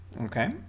Okay